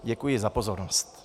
Děkuji za pozornost.